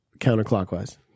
counterclockwise